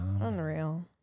Unreal